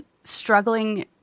Struggling